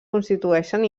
constitueixen